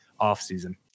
offseason